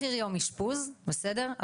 מחיר יום אשפוז, בסדר?